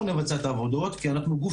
אנחנו נבצע את העבודות כי אנחנו גוף